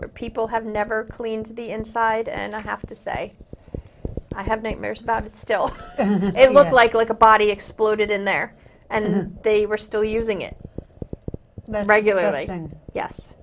are people have never cleaned the inside and i have to say i have nightmares about it still it looks like like a body exploded in there and they were still using it regularly and yes